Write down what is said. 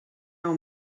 nou